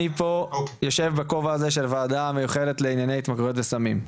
אני פה יושב בכובע הזה של הוועדה המיוחדת לענייני התמכרויות לסמים,